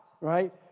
right